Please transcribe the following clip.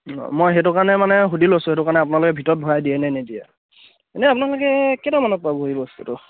অঁ মই সেইটো কাৰণে মানে সুধি লৈছোঁ সেইটো কাৰণে আপোনালোকে ভিতৰত ভৰাই দিয়েনে নিদিয়ে এনেই আপোনালোকে কেইটামানত পাবহি বস্তুটো